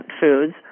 foods